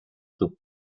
too